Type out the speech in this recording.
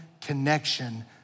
connection